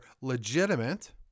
legitimate